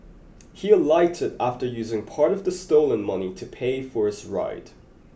he alighted after using part of the stolen money to pay for his ride